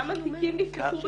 כמה תיקים נפתחו בתביעה.